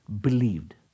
believed